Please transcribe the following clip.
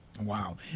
Wow